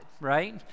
right